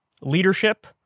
leadership